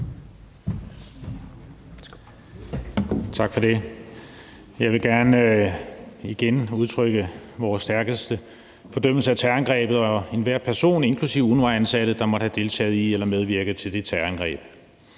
Tak for det. Jeg vil gerne igen udtrykke vores stærkeste fordømmelse af terrorangrebet og enhver person, inklusive UNRWA-ansatte, der måtte have deltaget i eller medvirket til det terrorangreb.